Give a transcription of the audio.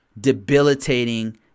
debilitating